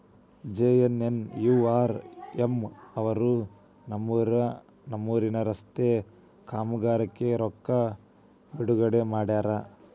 JNNURM ಅವರು ನಮ್ಮೂರಿನ ರಸ್ತೆ ಕಾಮಗಾರಿಗೆ ರೊಕ್ಕಾ ಬಿಡುಗಡೆ ಮಾಡ್ಯಾರ